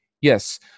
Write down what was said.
Yes